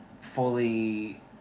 fully